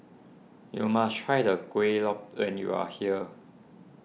you must try the Kuih Lopes when you are here